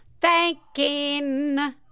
thanking